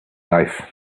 life